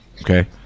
okay